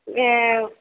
ஆ